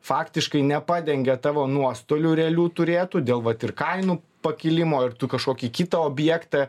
faktiškai nepadengia tavo nuostolių realių turėtų dėl vat ir kainų pakilimo ir tu kažkokį kitą objektą